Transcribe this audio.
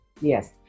Yes